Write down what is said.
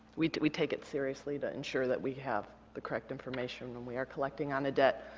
we we take it seriously to ensure that we have the correct information when we are collecting on a debt,